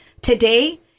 Today